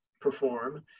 perform